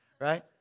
right